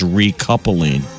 recoupling